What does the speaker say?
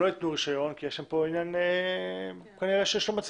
הם לא ייתנו רישיון כי כנראה יש כאן עניין